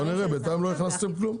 בואו נראה, בינתיים לא הכנסתם כלום.